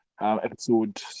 episode